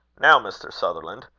now, mr. sutherland,